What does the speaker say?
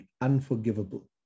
unforgivable